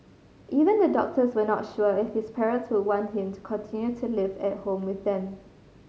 even the doctors were not sure if his parents would want him to continue to live at home with them